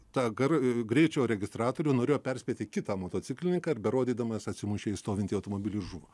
ta gar greičio registratorių norėjo perspėti kitą motociklininką ir be rodydamas atsimušė į stovintį automobilį ir žuvo